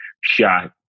shot